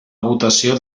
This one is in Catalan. votació